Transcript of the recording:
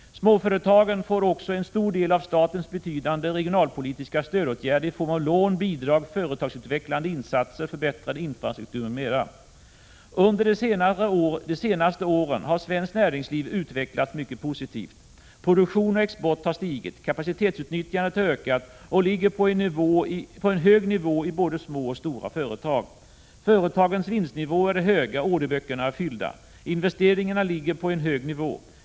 Småföretagen får också en stor del av statens betydande regionalpolitiska stödåtgärder i form av lån, bidrag, företagsutvecklande insatser, förbättrad infrastruktur m.m. Under de senaste åren har svenskt näringsliv utvecklats mycket positivt. Produktion och export har stigit, kapacitetsutnyttjandet har ökat och ligger på en hög nivå i både små och stora företag. Företagens vinstnivåer är höga och orderböckerna är fyllda. Investeringarna ligger på en hög nivå.